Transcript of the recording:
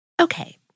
Okay